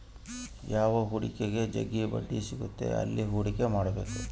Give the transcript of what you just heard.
ಯಾವ ಹೂಡಿಕೆಗ ಜಗ್ಗಿ ಬಡ್ಡಿ ಸಿಗುತ್ತದೆ ಅಲ್ಲಿ ಹೂಡಿಕೆ ಮಾಡ್ಬೇಕು